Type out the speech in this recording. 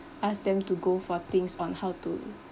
ask them to go for things on how to